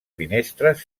finestres